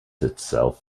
itself